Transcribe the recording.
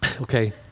Okay